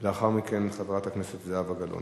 לאחר מכן, חברת הכנסת זהבה גלאון.